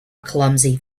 clumsy